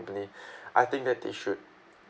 I think that they should